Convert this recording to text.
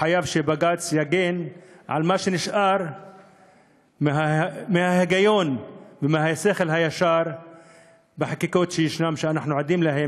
חובה שבג"ץ יגן על מה שנשאר מההיגיון ומהשכל הישר בחקיקות שישנן,